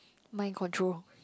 mind control